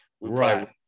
right